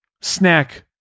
snack